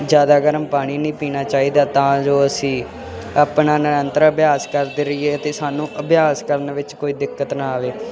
ਜ਼ਿਆਦਾ ਗਰਮ ਪਾਣੀ ਨਹੀਂ ਪੀਣਾ ਚਾਹੀਦਾ ਤਾਂ ਜੋ ਅਸੀਂ ਆਪਣਾ ਨਿਰੰਤਰ ਅਭਿਆਸ ਕਰਦੇ ਰਹੀਏ ਤਾਂ ਸਾਨੂੰ ਅਭਿਆਸ ਕਰਨ ਵਿੱਚ ਕੋਈ ਦਿੱਕਤ ਨਾ ਆਵੇ